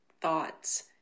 Thoughts